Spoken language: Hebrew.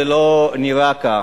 זה לא נראה כך.